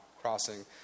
Crossing